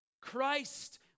Christ